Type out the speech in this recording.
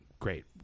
Great